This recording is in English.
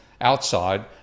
outside